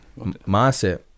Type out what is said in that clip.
mindset